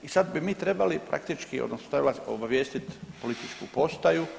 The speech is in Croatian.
I sad bi mi trebali praktički odnosno prvo obavijestiti policijsku postaju.